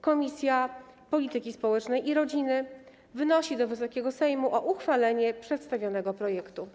Komisja Polityki Społecznej i Rodziny wnosi do Wysokiego Sejmu o uchwalenie przedstawionego projektu.